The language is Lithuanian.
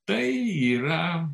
tai yra